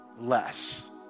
less